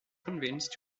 convinced